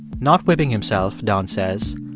not whipping himself, don says,